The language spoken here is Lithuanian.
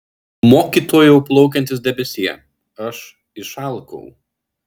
mokytojau plaukiantis debesie aš išalkau